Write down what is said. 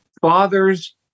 Fathers